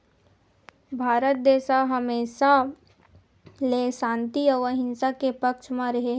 भारत देस ह हमेसा ले सांति अउ अहिंसा के पक्छ म रेहे हे